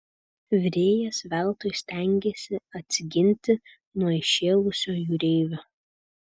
virėjas veltui stengėsi atsiginti nuo įšėlusio jūreivio